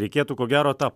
reikėtų ko gero tą